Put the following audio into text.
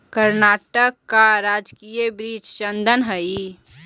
कर्नाटक का राजकीय वृक्ष चंदन हई